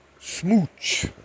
smooch